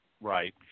Right